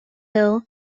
hill